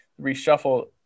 reshuffle